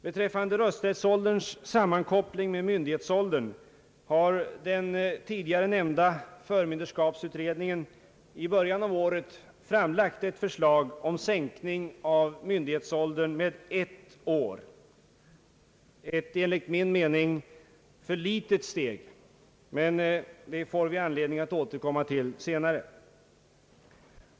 Beträffande <rösträttsålderns <sammankoppling med myndighetsåldern har den tidigare nämnda förmynderskapsutredningen i början av året framlagt ett förslag om sänkning av myn dighetsåldern med ett år; enligt min mening ett för litet steg, men det får vi anledning att återkomma till.